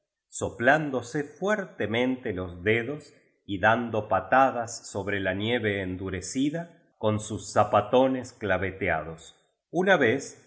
adelante soplándose fuertemente los dedos y dando patadas sobre la nieve endurecida con sus zapatones claveteados una vez